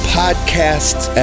podcasts